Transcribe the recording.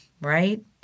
right